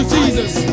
Jesus